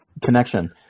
Connection